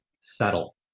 settle